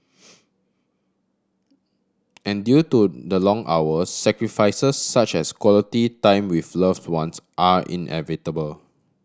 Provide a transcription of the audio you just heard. and due to the long hours sacrifices such as quality time with loved ones are inevitable